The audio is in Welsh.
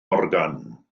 morgan